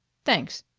thanks.